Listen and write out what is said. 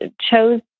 chose